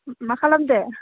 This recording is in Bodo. मा खालामदों